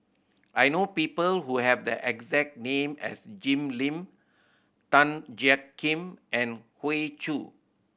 I know people who have the exact name as Jim Lim Tan Jiak Kim and Hoey Choo